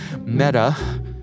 Meta